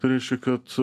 tai reiškia kad